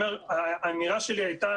האמירה שלי הייתה,